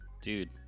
Dude